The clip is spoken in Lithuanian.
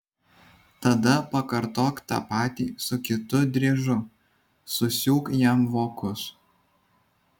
tada pakartok tą patį su kitu driežu susiūk jam vokus